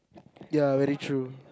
ya very true